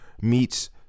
meets